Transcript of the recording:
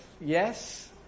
yes